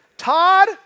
Todd